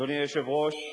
אדוני היושב-ראש,